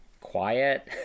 quiet